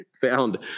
found